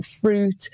fruit